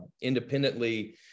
independently